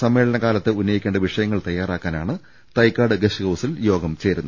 സമ്മേളന കാലത്ത് ഉന്നയിക്കേണ്ട വിഷയങ്ങൾ തയ്യാറാക്കാനാണ് തൈക്കാട് ഗസ്റ്റ് ഹൌസിൽ യോഗം ചേരുന്നത്